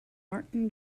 martin